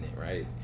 right